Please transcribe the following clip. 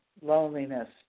loneliness